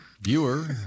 viewer